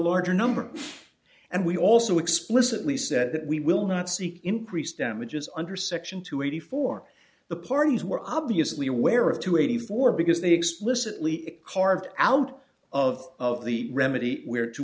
larger number and we also explicitly said that we will not see increased damages under section two eighty four the parties were obviously aware of two eighty four because they explicitly it carved out of of the remedy where to